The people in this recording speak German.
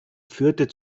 führte